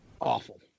awful